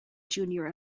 junior